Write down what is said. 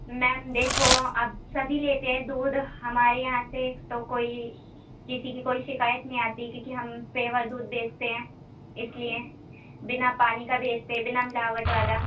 میم دیکھو اب سبھی لیتے ہیں دودھ ہمارے یہاں سے تو کوئی کسی کی کوئی شکایت نہیں آتی کیوںکہ ہم پیور دودھ بیچتے ہیں اس لیے بنا پانی کا بیچتے بنا ملاوٹ والا